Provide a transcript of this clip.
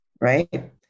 right